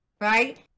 right